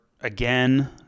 again